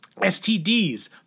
STDs